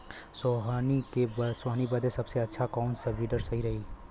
सोहनी बदे सबसे अच्छा कौन वीडर सही रही?